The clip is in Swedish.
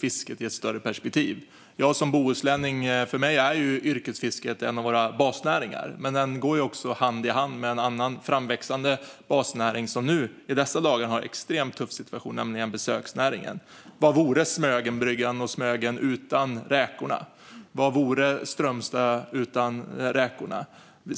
fisket i ett större perspektiv. För mig som bohuslänning är yrkesfisket en av våra basnäringar. Det går hand i hand med en annan, framväxande basnäring, som i dessa dagar har en extremt tuff situation. Jag talar om besöksnäringen. Vad vore Smögenbryggan, Smögen och Strömstad utan räkorna?